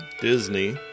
Disney